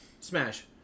Smash